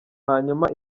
hanyuma